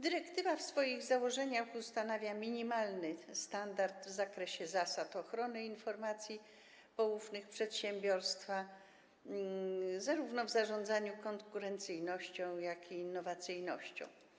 Dyrektywa w swoich założenia ustanawia minimalny standard w zakresie zasad ochrony informacji poufnych przedsiębiorstwa w zarządzaniu zarówno konkurencyjnością, jak i innowacyjnością.